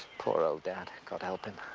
poor old dad god help him.